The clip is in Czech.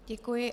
Děkuji.